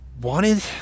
wanted